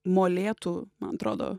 molėtų man atrodo